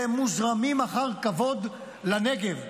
והם מוזרמים אחר כבוד לנגב.